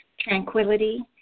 tranquility